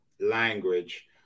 language